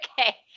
Okay